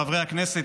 חברי הכנסת,